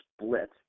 split